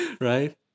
right